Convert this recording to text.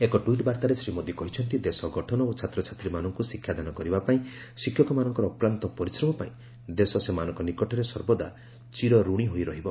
ଏକ ଟ୍ୱିଟ୍ ବାର୍ତ୍ତାରେ ଶ୍ରୀ ମୋଦୀ କହିଚ୍ଚନ୍ତି ଦେଶ ଗଠନ ଓ ଛାତ୍ରଛାତ୍ରୀମାନଙ୍କୁ ଶିକ୍ଷାଦାନ କରିବା ପାଇଁ ଶିକ୍ଷକମାନଙ୍କର ଅକ୍ଲାନ୍ତ ପରିଶ୍ରମ ପାଇଁ ଦେଶ ସେମାନଙ୍କ ନିକଟରେ ସର୍ବଦା ଚିରରଣୀ ରହିବ